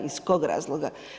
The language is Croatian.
Iz kog razloga?